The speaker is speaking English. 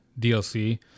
DLC